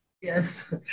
yes